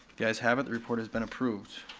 the ayes have it, the report has been approved.